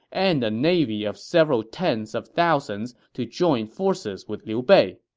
and a navy of several tens of thousands to join forces with liu bei.